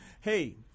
Hey